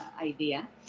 idea